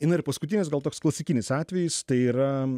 na ir paskutinis gal toks klasikinis atvejis tai yra